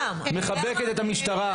היא מחבקת את המשטרה.